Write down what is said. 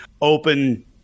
open